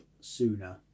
sooner